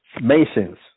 masons